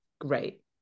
great